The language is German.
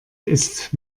ist